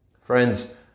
Friends